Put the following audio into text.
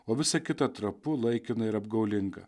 o visa kita trapu laikina ir apgaulinga